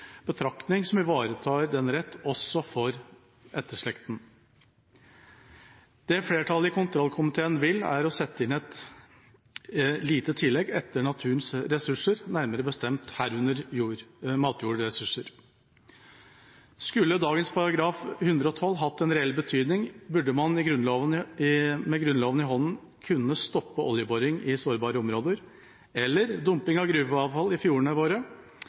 betraktning som ivaretar denne rett også for etterslekten.» Det flertallet i kontrollkomiteen vil, er å sette inn et lite tillegg etter «Naturens ressurser», nærmere bestemt: «herunder matjordressurser». Skulle dagens § 112 hatt noen reell betydning, burde man med Grunnloven i hånden kunnet stoppe oljeboring i sårbare områder eller dumping av gruveavfall i fjordene våre